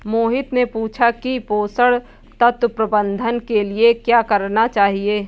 मोहित ने पूछा कि पोषण तत्व प्रबंधन के लिए क्या करना चाहिए?